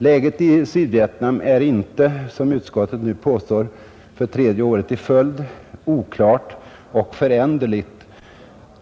Läget i Sydvietnam är inte som utskottet nu påstår för tredje året i följd ”oklart och föränderligt”.